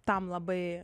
tam labai